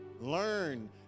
Learn